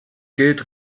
gilt